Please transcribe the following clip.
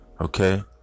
okay